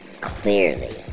clearly